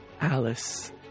Alice